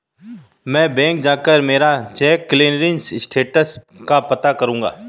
मैं बैंक जाकर मेरा चेक क्लियरिंग स्टेटस का पता कर लूँगा